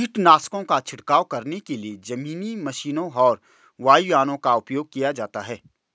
कीटनाशकों का छिड़काव करने के लिए जमीनी मशीनों और वायुयानों का उपयोग किया जाता है